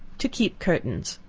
to keep curtains.